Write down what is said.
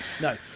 No